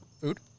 food